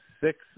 six